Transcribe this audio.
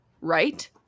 right